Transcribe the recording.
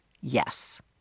Yes